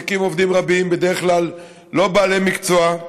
ומעסיק עובדים רבים, בדרך כלל לא בעלי מקצוע.